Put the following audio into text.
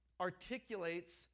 articulates